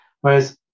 Whereas